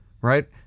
right